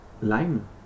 Lime